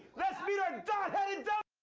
let's meet our dot headed dumb